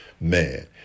man